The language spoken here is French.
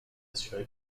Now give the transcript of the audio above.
assuré